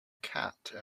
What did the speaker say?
cat